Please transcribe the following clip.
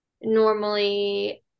normally